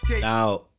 now